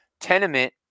Tenement